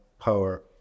power